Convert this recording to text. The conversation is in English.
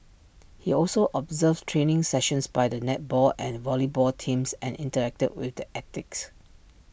he also observed training sessions by the netball and volleyball teams and interacted with the athletes